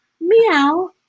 Meow